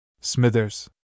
Smithers